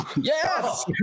Yes